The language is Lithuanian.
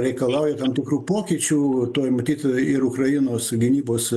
reikalauja tam tikrų pokyčių toj matyt ir ukrainos gynybos